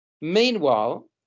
Meanwhile